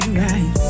right